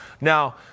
now